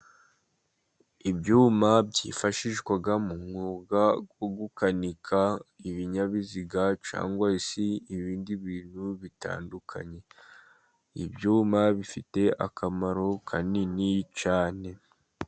Ibyuma byifashishwa mu mwuga wo gukanika ibinyabiziga cyangwa se ibindi bintu bitandukanye. Ibyuma bifite akamaro kanini cyane.